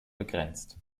begrenzt